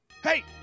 Hey